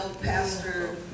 Pastor